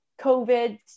COVID